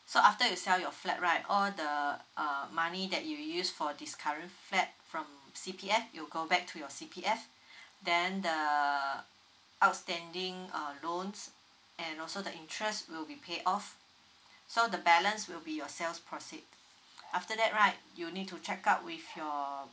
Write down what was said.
so after you sell your flat right all the uh money that you use for this current flat from C_P_F it'll go back to your C_P_F then the outstanding uh loans and also the interest will be pay off so the balance will be your sales proceed after that right you need to check out with your